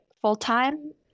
full-time